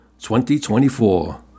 2024